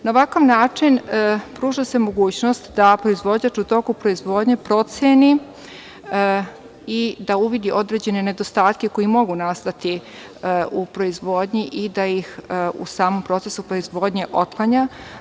Na ovakav način pruža se mogućnost da proizvođač u toku proizvodnje proceni i da uvidi određene nedostatke koji mogu nastati u proizvodnji i da ih u samom procesu proizvodnje otklanja.